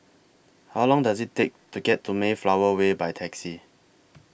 How Long Does IT Take to get to Mayflower Way By Taxi